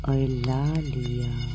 Eulalia